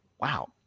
Wow